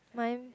mine